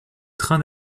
train